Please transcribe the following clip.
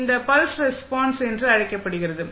இது pulse response என்று அழைக்கப்படுகிறது